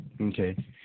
Okay